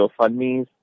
GoFundMes